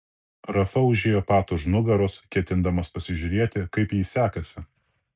rafa užėjo pat už nugaros ketindamas pasižiūrėti kaip jai sekasi